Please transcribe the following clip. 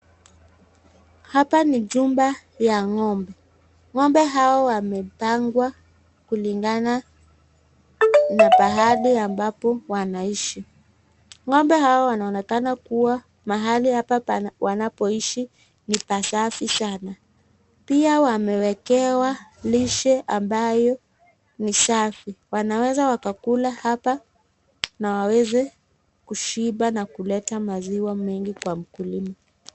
Hapa ni chumba ya ng'ombe. Ng'ombe hawa wamepangwa kulingana na pahali ambapo wanaishi. Ng'ombe hawa wanaonekana kuwa mahali hapa wanapoishi ni pa safi sana. Pia wamewekewa lishe ambayo ni safi. Wanaweza wakakula hapa na waweze kushipa na kuleta maziwa mengi kwa mkulima.